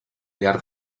llarg